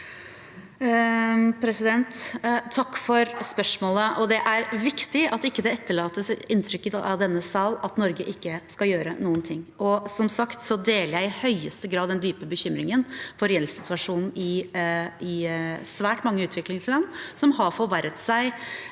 Takk for spørsmålet. Det er viktig at det ikke etterlates et inntrykk i denne salen av at Norge ikke skal gjøre noen ting. Som sagt deler jeg i høyeste grad den dype bekymringen for gjeldssituasjonen i svært mange utviklingsland, som har forverret seg